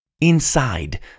Inside